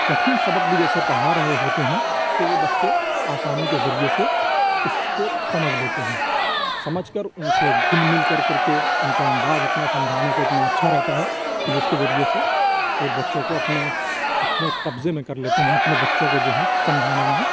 کٹھن سبق بھی جیسے پڑھا رہے ہوتے ہیں تو وہ بچے آسانی کے ذریعے سے اُس کو سمجھ لیتے ہیں سمجھ کر اُن سے گُل مل کر کر کے اُن کا انداز اتنا سمجھانے کا اتنا اچھا رہتا ہے کہ جس کے ذریعے سے وہ بچوں کو اپنے اپنے قبضے میں کر لیتے ہیں اپنے بچوں کو جو ہے سمجھانے میں